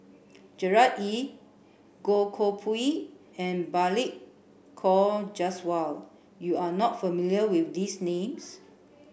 Gerard Ee Goh Koh Pui and Balli Kaur Jaswal you are not familiar with these names